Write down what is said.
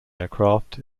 aircraft